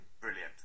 brilliant